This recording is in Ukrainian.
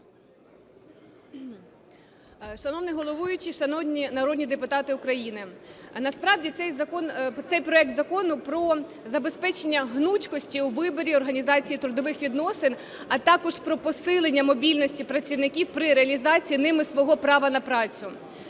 Шановний головуючий, шановні народні депутати України! Насправді цей проект Закону про забезпечення гнучкості у виборі організації трудових відносин, а також про посилення мобільності працівників при реалізації ними свого права на працю.